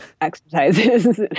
exercises